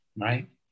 right